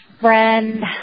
friend